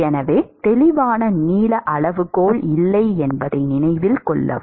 எனவே தெளிவான நீள அளவுகோல் இல்லை என்பதை நினைவில் கொள்ளவும்